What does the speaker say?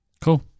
Cool